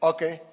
Okay